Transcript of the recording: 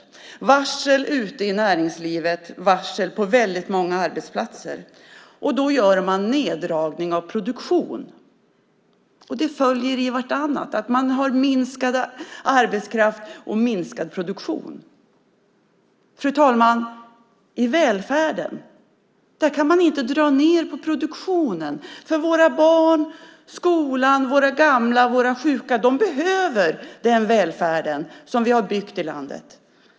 Det är varsel ute i näringslivet. Det är varsel på väldigt många arbetsplatser. Då gör man en neddragning av produktionen. Det följer på vartannat, att man har minskad arbetskraft och minskad produktion. Fru talman! I välfärden kan man inte dra ned på produktionen, för våra barn, skolan, våra gamla, våra sjuka behöver den välfärd som vi har byggt i landet.